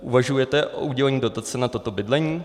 Uvažujete o udělení dotace na toto bydlení?